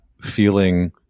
feeling